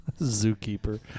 Zookeeper